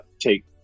take